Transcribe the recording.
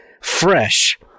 fresh